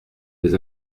des